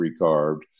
recarved